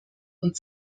und